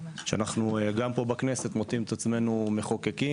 שאנחנו גם פה בכנסת מוצאים את עצמנו מחוקקים